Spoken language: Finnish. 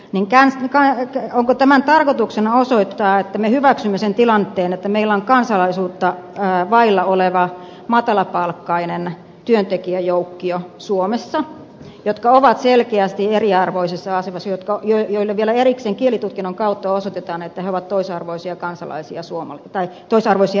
minkään peruskielitutkinnon kohdalle onko tämän tarkoituksena osoittaa että me hyväksymme sen tilanteen että meillä on suomessa kansalaisuutta vailla oleva matalapalkkainen työntekijäjoukkio joka on selkeästi eriarvoisessa asemassa ja jolle vielä erikseen kielitutkinnon kautta osoitetaan että se on toisarvoinen ihmisryhmä suomessa